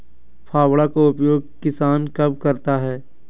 फावड़ा का उपयोग किसान कब करता है?